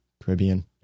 Caribbean